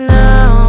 now